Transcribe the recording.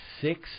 six